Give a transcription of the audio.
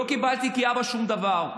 לא קיבלתי כאבא שום דבר,